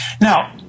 Now